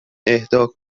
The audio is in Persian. اهدا